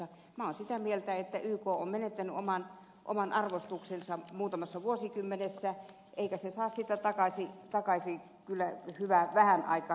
minä olen sitä mieltä että yk on menettänyt oman arvostuksensa muutamassa vuosikymmenessä eikä se saa sitä takaisin kyllä vähään aikaan